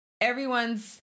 everyone's